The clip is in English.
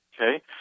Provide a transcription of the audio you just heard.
Okay